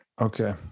Okay